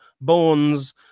Bones